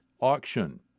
auction